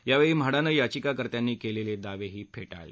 यावेळी म्हाडानं याचिकाकर्त्यांनी केलेले दावेही फेटाळले